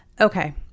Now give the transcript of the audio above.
Okay